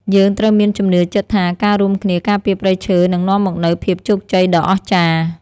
យើងត្រូវមានជំនឿចិត្តថា ការរួមគ្នាការពារព្រៃឈើនឹងនាំមកនូវភាពជោគជ័យដ៏អស្ចារ្យ។